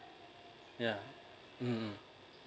yeah mmhmm